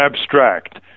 abstract